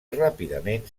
ràpidament